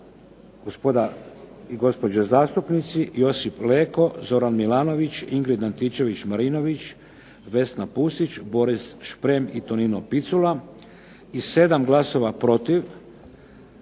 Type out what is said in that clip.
gospoda i gospođe zastupnici Josip Leko, Zoran Milanović, Ingrid Antičević Marinović, Vesna Pusić, Boris Šprem i Tonino Picula. I sedam glasova protiv